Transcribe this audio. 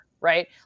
right